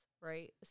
right